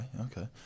okay